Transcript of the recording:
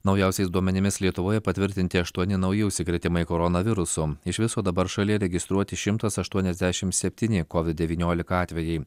naujausiais duomenimis lietuvoje patvirtinti aštuoni nauji užsikrėtimai koronavirusu iš viso dabar šalyje registruoti šimtas aštuoniasdešimt septyni kovid devyniolika atvejai